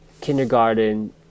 kindergarten